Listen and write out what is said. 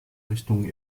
richtung